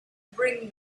bring